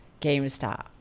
GameStop